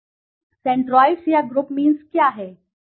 centroids या group means क्या हैं